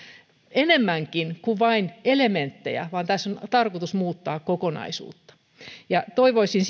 enemmänkin kuin vain elementtejä tässä on tarkoitus muuttaa kokonaisuutta ja toivoisin